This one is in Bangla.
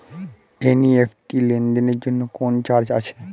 এন.ই.এফ.টি লেনদেনের জন্য কোন চার্জ আছে?